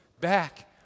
back